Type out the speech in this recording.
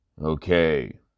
Okay